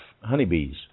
honeybees